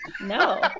No